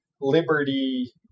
liberty